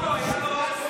רואים את הזיעה עד הנה,